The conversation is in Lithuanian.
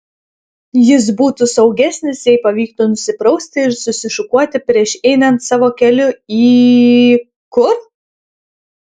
jis būtų saugesnis jei pavyktų nusiprausti ir susišukuoti prieš einant savo keliu į kur